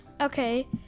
Okay